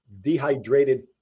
dehydrated